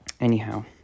anyhow